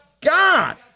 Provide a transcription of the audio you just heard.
God